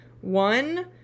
one